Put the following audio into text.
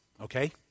okay